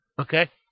Okay